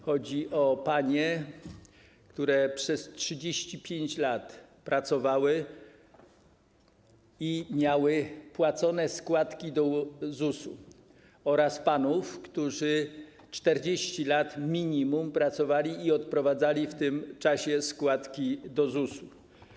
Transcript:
Chodzi o panie, które przez 35 lat pracowały i miały płacone składki do ZUS-u, oraz panów, którzy minimum 40 lat pracowali i odprowadzali w tym czasie składki do ZUS-u.